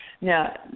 Now